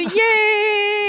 yay